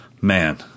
man